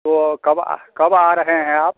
तो कब आ कब आ रहें हैं आप